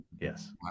yes